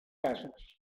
asos